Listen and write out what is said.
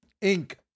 ink